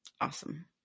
Awesome